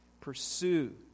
Pursue